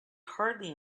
hardly